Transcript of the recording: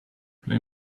play